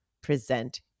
present